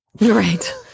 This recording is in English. Right